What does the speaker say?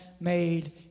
made